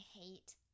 hate